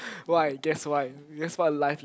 why guess why you just what life